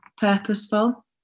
purposeful